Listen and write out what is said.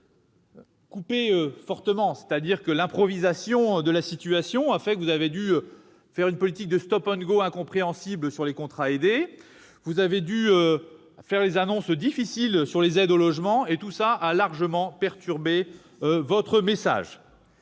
peu fortement ; l'improvisation de la situation a fait que vous avez dû mener une politique de incompréhensible sur les contrats aidés et faire des annonces difficiles sur les aides au logement ; tout cela a largement perturbé votre message.